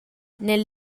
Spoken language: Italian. nella